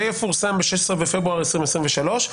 זה יפורסם ב-16 בפברואר 2023,